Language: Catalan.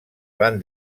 van